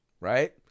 right